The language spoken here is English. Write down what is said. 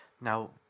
now